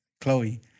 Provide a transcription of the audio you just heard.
Chloe